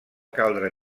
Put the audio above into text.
caldre